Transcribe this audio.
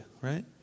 right